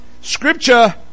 scripture